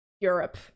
Europe